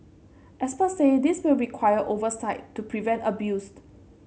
experts say this will require oversight to prevent abused